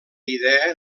idea